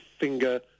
finger